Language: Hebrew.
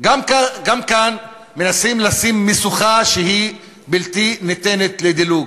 גם כאן מנסים לשים משוכה שהיא בלתי ניתנת לדילוג.